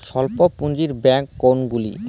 স্বল্প পুজিঁর ব্যাঙ্ক কোনগুলি?